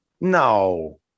No